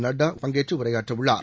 நட்டா பங்கேற்று உரையாற்றவுள்ளார்